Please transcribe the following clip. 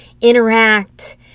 interact